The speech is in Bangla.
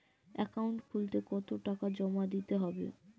অ্যাকাউন্ট খুলতে কতো টাকা জমা দিতে হবে?